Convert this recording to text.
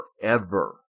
forever